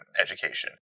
education